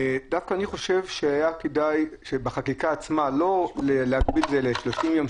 אני דווקא חושב שהיה כדאי שבחקיקה עצמה לא להגביל את זה ל-30 יום,